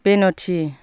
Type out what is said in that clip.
बेन'थि